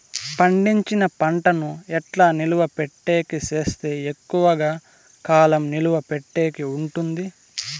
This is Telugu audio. పండించిన పంట ను ఎట్లా నిలువ పెట్టేకి సేస్తే ఎక్కువగా కాలం నిలువ పెట్టేకి ఉంటుంది?